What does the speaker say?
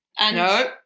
No